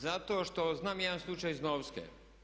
Zato što znam jedan slučaj iz Novske.